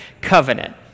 covenant